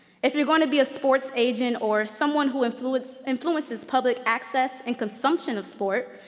if you're going to be a sports agent or someone who influenced influences public access and consumption of sport,